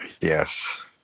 yes